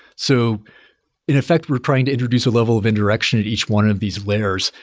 so in effect, we're trying to introduce a level of indirection at each one of these layers,